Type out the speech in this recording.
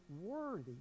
worthy